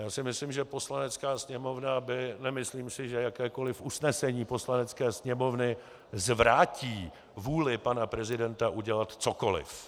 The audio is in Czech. Já si myslím, že Poslanecká sněmovna by nemyslím si, že jakékoliv usnesení Poslanecké sněmovny zvrátí vůli pana prezidenta udělat cokoliv.